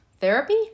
Therapy